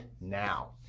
now